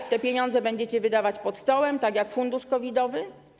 Czy te pieniądze będziecie wydawać pod stołem, tak jak fundusz COVID-owy?